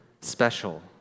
special